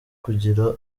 kugira